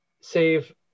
save